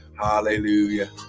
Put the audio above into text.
Hallelujah